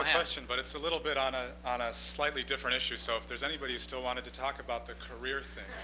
question, but it's a little bit on ah on a slightly different issue. so if there's anybody who still wanted to talk about the career thing,